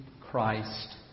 Christ